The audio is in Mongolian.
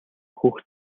хүүхэд